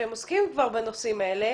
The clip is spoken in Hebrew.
שעוסקים כבר בנושאים האלה,